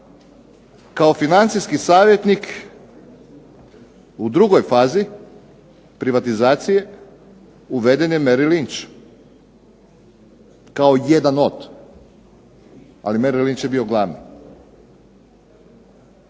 Kao financijski savjetnik u drugoj fazi privatizacije uveden je Mery Linch kao jedan od, ali Mery Linch je bio glavni.